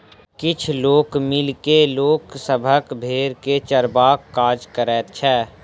किछ लोक मिल के लोक सभक भेंड़ के चरयबाक काज करैत छै